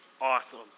awesome